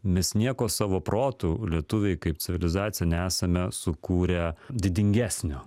mes nieko savo protu lietuviai kaip civilizacija nesame sukūrę didingesnio